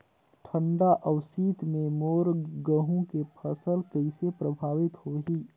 ठंडा अउ शीत मे मोर गहूं के फसल कइसे प्रभावित होही?